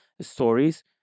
stories